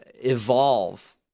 evolve